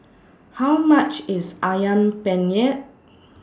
How much IS Ayam Penyet